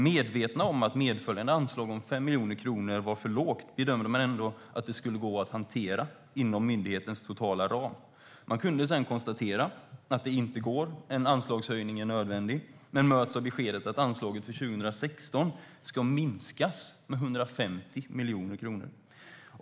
Medvetna om att medföljande anslag om 5 miljoner kronor var för lågt bedömde man ändå att det skulle gå att hantera inom myndighetens totala ram. Man kunde sedan konstatera att det inte går och att en anslagshöjning är nödvändig - men möts av beskedet att anslaget för 2016 ska minskas med 150 miljoner kronor.